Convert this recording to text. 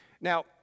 Now